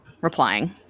replying